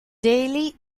daley